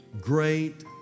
great